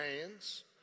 hands